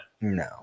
No